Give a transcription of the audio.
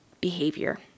behavior